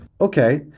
Okay